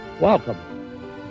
welcome